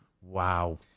Wow